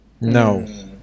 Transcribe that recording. No